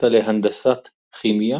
הפקולטה להנדסת כימיה